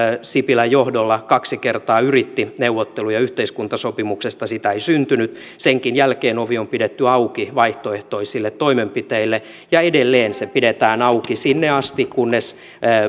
sipilän johdolla kaksi kertaa yritti neuvotteluja yhteiskuntasopimuksesta sitä ei syntynyt senkin jälkeen ovi on pidetty auki vaihtoehtoisille toimenpiteille ja edelleen se pidetään auki sinne asti kunnes